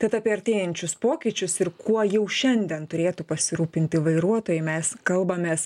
tad apie artėjančius pokyčius ir kuo jau šiandien turėtų pasirūpinti vairuotojai mes kalbamės